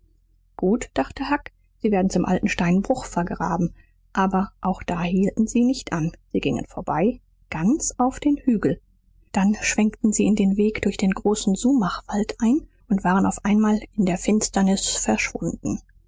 gut dachte huck sie werden's im alten steinbruch vergraben aber auch da hielten sie nicht an sie gingen vorbei ganz auf den hügel dann schwenkten sie in den weg durch den großen sumachwald ein und waren auf einmal in der finsternis verschwunden